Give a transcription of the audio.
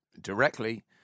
directly